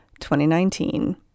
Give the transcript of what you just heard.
2019